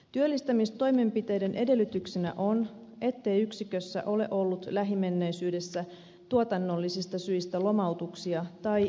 työllistämistoimenpiteiden edellytyksenä on ettei yksikössä ole ollut lähimenneisyydessä tuotannollisista syistä lomautuksia tai irtisanomisia